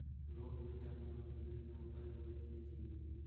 Loan মেটানোর বিভিন্ন উপায়গুলি কী কী?